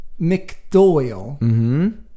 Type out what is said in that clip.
McDoyle